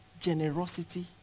Generosity